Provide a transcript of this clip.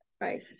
right